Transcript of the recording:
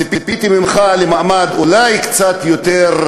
ציפיתי ממך למעמד אולי קצת יותר,